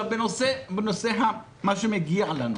באשר למה שמגיע לנו,